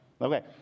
Okay